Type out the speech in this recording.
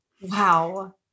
Wow